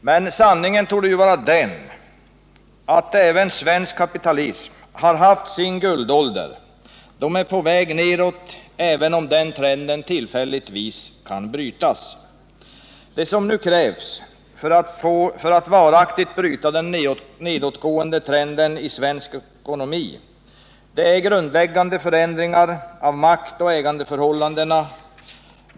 Men sanningen torde vara att även svensk kapitalism har haft sin guldålder och är på väg nedåt, även om den trenden tillfälligtvis kan brytas. Vad som nu krävs för att varaktigt bryta den nedåtgående trenden i svensk ekonomi är grundläggande förändringar av maktoch ägandeförhållandena.